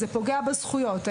זה פוגע בזכויות,